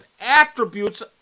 attributes